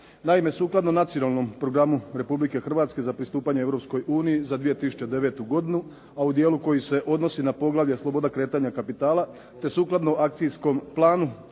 Naime, sukladno Nacionalnom programu Republike Hrvatske za pristupanje Europskoj uniji za 2009. godinu a u dijelu koji se odnosi na poglavlje sloboda kretanja kapitala te sukladno akcijskom planu